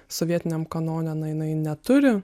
sovietiniam kanone na jinai neturi